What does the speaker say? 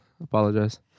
Apologize